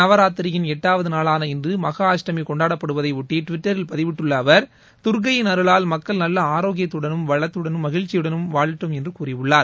நவராத்திரியின் எட்டாவது நாளாள் இன்று மன அஷ்டமி கொண்டாடப்படுவதையொட்டி டுவிட்டரில் பதிவிட்டுள்ள அவர் தர்கையின் அருளால் மக்கள் நல்ல ஆரோக்கியத்துடனும் வளத்துடனும் மகிழ்ச்சியுடனும் வாழட்டும் என கூறியுள்ளார்